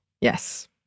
Yes